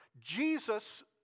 Jesus